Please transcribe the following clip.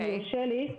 אם יורשה לי.